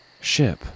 Ship